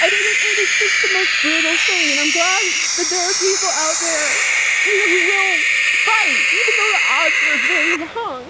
and it it is just the most brutal thing. and i'm glad that there are people out there you know who will fight, even though the odds were very long.